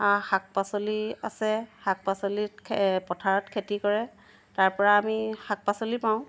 শাক পাচলি আছে শাক পাচলিত খে পথাৰত খেতি কৰে তাৰপৰা আমি শাক পাচলি পাওঁ